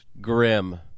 Grim